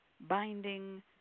binding